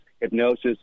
hypnosis